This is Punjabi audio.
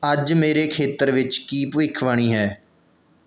ਅੱਜ ਮੇਰੇ ਖੇਤਰ ਵਿੱਚ ਕੀ ਭਵਿੱਖਬਾਣੀ ਹੈ